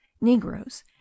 negroes